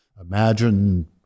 imagine